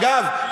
אגב,